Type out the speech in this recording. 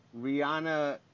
Rihanna